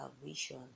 Salvation